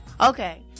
Okay